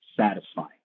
Satisfying